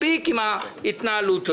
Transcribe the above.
מספיק עם ההתנהלות הזאת.